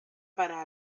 para